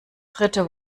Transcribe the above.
dritte